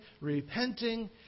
repenting